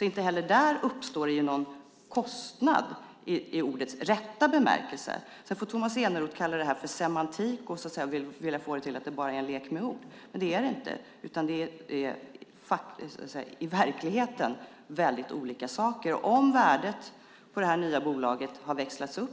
Inte heller där uppstår någon kostnad i ordets rätta bemärkelse. Sedan får väl Tomas Eneroth kalla det här semantik och vilja få det till att det bara är en lek med ord, men så är det inte. I verkligheten är det fråga om väldigt olika saker. Om värdet på det nya bolaget växlats upp